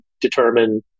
determine